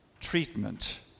treatment